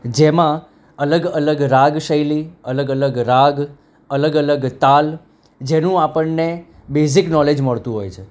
જેમાં અલગ અલગ રાગ શૈલી અલગ અલગ રાગ અલગ અલગ તાલ જેનું આપણને બેઝિક નોલેજ મળતું હોય છે